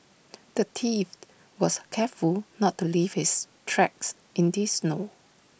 the thief was careful not to leave his tracks in the snow